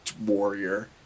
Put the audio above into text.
warrior